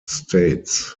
states